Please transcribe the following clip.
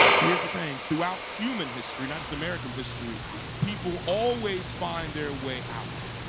here's the thing, throughout human history not just american history people always find their way out.